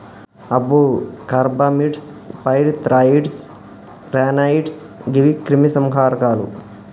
అబ్బో carbamates, pyrethroids, ర్యానాయిడ్స్ గీవి క్రిమి సంహారకాలు